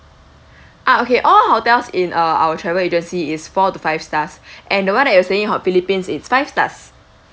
uh okay all hotels in uh our travel agency is four to five stars and the one that you're saying in philippines is five stars